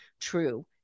true